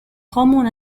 common